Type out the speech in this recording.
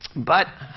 but